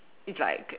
it's like